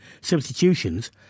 substitutions